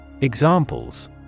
Examples